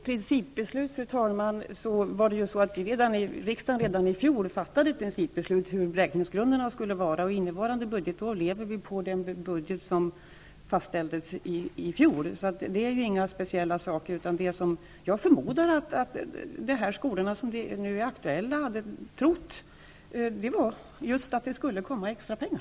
Fru talman! Riksdagen fattade redan i fjol ett principbeslut om hur beräkningsgrunderna skulle se ut. Innevarande budgetår lever vi på den budget som fastställdes i fjol. Det är inte något speciellt. Jag förmodar att de skolor som nu är aktuella trodde att det skulle komma extra pengar.